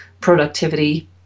productivity